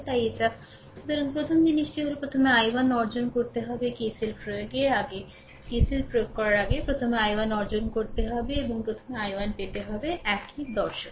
তাই এটা সুতরাং প্রথম জিনিসটি হল প্রথমে i1 অর্জন করতে হবে KCL প্রয়োগের আগে KCL প্রয়োগ করার আগে প্রথমে i1 অর্জন করতে হবে এবং প্রথমে i1 পেতে হবে একই দর্শন